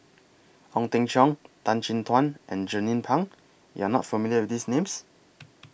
Ong Teng Cheong Tan Chin Tuan and Jernnine Pang YOU Are not familiar with These Names